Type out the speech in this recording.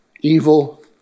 Evil